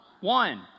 one